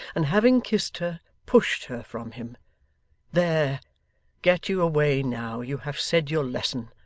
and having kissed her, pushed her from him there get you away now you have said your lesson.